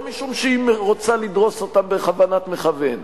לא משום שהיא רוצה לדרוס אותם בכוונת מכוון,